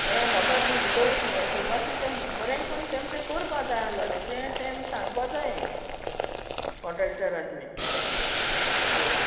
म्हळ्या मोटोर बी भितो वयतली एशी भाशेन तें बोरें कोन तेम तें कोरपा जाय आसलें तें तेम सांगपा जायें कॉण्ट्रॅक्टरान बीन वय